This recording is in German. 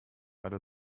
alle